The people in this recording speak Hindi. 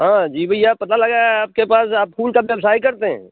हाँ जी भैया पता लगा है आपके पास आप फूल का व्यवसाय करते हैं